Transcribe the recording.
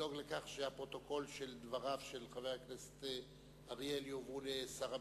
לדאוג לכך שהפרוטוקול של דבריו של חבר הכנסת אריאל יועבר לשר הביטחון.